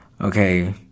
okay